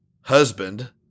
husband